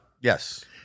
Yes